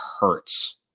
hurts